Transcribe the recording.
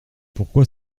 pourquoi